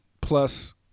plus